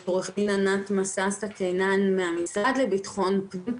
עורכת-דין ענת מסאסה קינן מהמשרד לביטחון פנים.